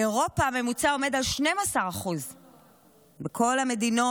באירופה הממוצע עומד על 12%. בכל המדינות